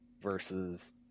versus